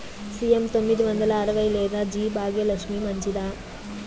CM తొమ్మిది వందల అరవై లేదా జి భాగ్యలక్ష్మి మంచిదా?